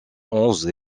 onze